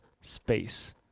space